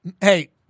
Hey